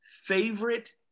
favorite